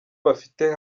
bafite